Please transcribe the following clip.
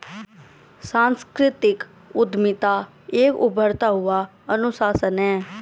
सांस्कृतिक उद्यमिता एक उभरता हुआ अनुशासन है